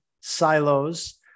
silos